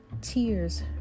Tears